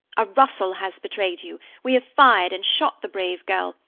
a rustle has betrayed you, we have fired and shot the brave girl,